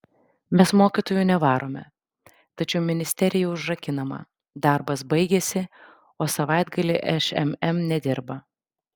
mes mokytojų nevarome tačiau ministerija užrakinama darbas baigėsi o savaitgalį šmm nedirba